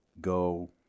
go